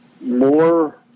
more